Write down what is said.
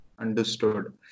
understood